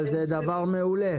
אבל זה דבר מעולה.